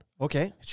Okay